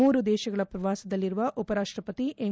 ಮೂರು ದೇಶಗಳ ಪ್ರವಾಸದಲ್ಲಿರುವ ಉಪರಾಷ್ಟಪತಿ ಎಂ